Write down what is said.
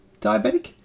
diabetic